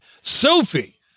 Sophie